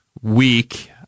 week